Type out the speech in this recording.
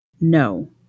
no